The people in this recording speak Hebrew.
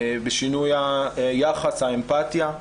בשינוי היחס, האמפתיה.